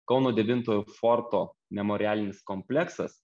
kauno devintojo forto memorialinis kompleksas